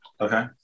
Okay